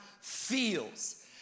feels